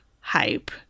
hype